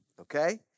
Okay